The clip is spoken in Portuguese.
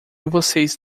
vocês